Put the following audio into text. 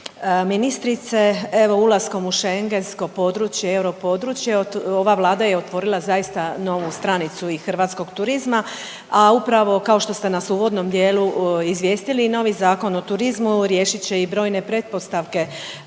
ministrice. Evo ulaskom u šengensko područje i europodručje, ova Vlada je otvorila zaista novu stranicu u hrvatskog turizma, a upravo kao što ste nas u uvodnom dijelu izvijestili i novi Zakon o turizmu riješit će i brojne pretpostavke